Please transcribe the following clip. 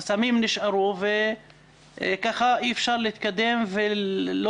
והחסמים נשארו וככה אי-אפשר להתקדם ולא